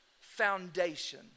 foundation